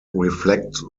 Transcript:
reflect